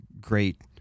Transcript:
great